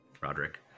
roderick